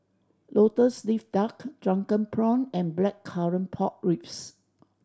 Lotus Leaf Duck drunken prawn and Blackcurrant Pork Ribs